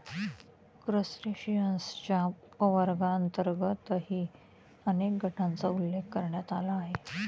क्रस्टेशियन्सच्या उपवर्गांतर्गतही अनेक गटांचा उल्लेख करण्यात आला आहे